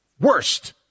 worst